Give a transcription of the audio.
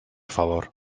favor